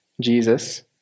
Jesus